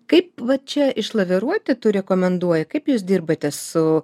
kaip va čia išlaviruoti tu rekomenduoji kaip jūs dirbate su